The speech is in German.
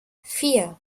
vier